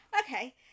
Okay